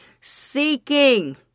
Seeking